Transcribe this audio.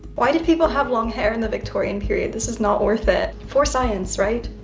why did people have long hair in the victorian period? this is not worth it. for science, right?